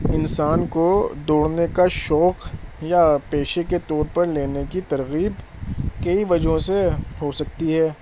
انسان کو دوڑنے کا شوق یا پیشے کے طور پر لینے کی ترغیب کئی وجہوں سے ہو سکتی ہے